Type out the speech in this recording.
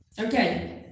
Okay